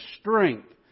strength